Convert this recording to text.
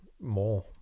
more